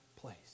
place